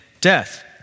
death